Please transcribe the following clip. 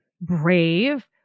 brave